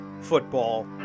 football